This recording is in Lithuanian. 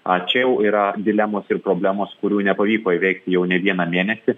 a čia jau yra dilemos ir problemos kurių nepavyko įveikti jau ne vieną mėnesį